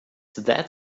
that